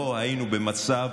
לא היינו במצב